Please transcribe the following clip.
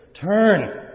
Turn